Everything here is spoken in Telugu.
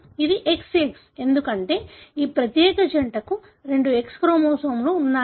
ఇది XX ఎందుకంటే ఈ ప్రత్యేక జంటకు రెండు X క్రోమోజోమ్లు ఉన్నాయి